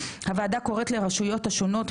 הוועדה קוראת לרשויות השונות,